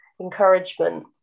encouragement